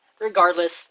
Regardless